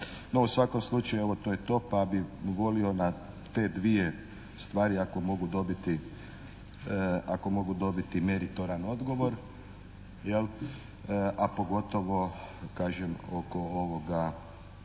u svakom slučaju evo to je to, pa bih volio na te dvije stari ako mogu dobiti meritoran odgovor, a pogotovo kažem